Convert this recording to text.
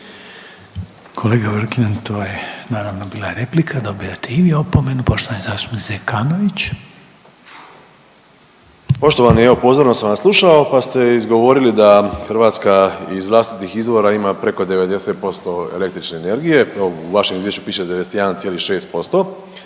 Kolega Vrkljan, to je naravno bila replika dobijate i vi opomenu. Poštovani zastupnik Zekanović. **Zekanović, Hrvoje (HDS)** Poštovani evo pozorno sam vas slušao pa ste izgovorili da Hrvatska iz vlastitih izvora ima preko 90% električne energije, u vašem izvješću piše 91,6%